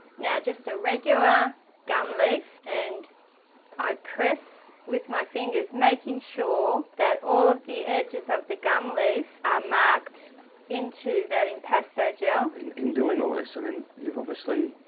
now just a regular gum leaf and i press with my fingers making sure that all of the edges of the gum leaf are marked into that impasto gel. in, in doing all this, i mean you've obviously